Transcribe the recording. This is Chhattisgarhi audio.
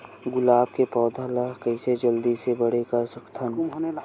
गुलाब के पौधा ल कइसे जल्दी से बड़े कर सकथन?